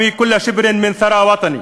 אגן על כל פיסה מאדמת המולדת שלי).